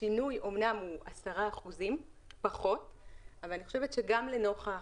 השינוי אמנם הוא 10% פחות אבל אני חושבת שגם לנוכח